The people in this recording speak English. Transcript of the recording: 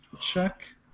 check